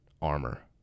armor